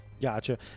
Gotcha